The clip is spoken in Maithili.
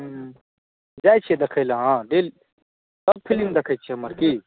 ह्म्म जाइत छियै देखैलेल अहाँ डेली सभ फिल्म देखैत छियै हमर की